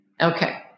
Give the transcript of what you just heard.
Okay